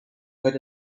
good